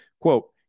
Quote